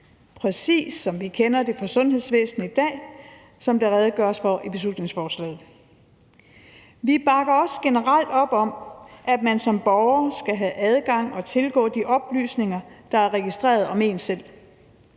præcis som vi kender det fra sundhedsvæsenet i dag, som der redegøres for i beslutningsforslaget. Vi bakker også generelt op om, at man som borger skal have adgang til at kunne tilgå de oplysninger, der er registreret om en selv.